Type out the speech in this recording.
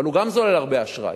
אבל הוא גם זולל הרבה אשראי.